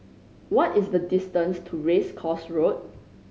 what is the distance to Race Course Road